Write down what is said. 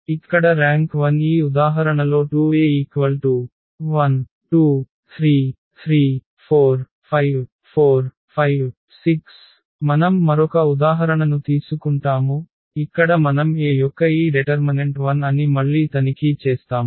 ఇక్కడ ర్యాంక్ 1 ఈ ఉదాహరణలో 2 A 1 2 3 3 4 5 4 5 6 మనం మరొక ఉదాహరణను తీసుకుంటాము ఇక్కడ మనం A యొక్క ఈ డెటర్మనెంట్ 0 అని మళ్ళీ తనిఖీ చేస్తాము